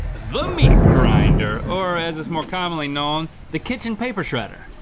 the meat grinder or as it's more commonly known, the kitchen paper shredder.